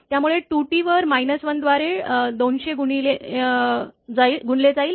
त्यामुळे 2T वर 1 द्वारे 200 गुणले जाईल